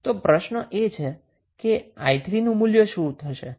તો પ્રશ્ન એ છે કે 𝑖3 નું મૂલ્ય શું હશે